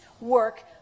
work